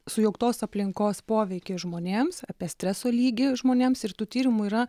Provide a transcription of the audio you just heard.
sujauktos aplinkos poveikį žmonėms apie streso lygį žmonėms ir tų tyrimų yra